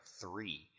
three